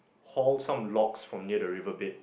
haul some logs from near the river bed